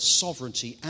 sovereignty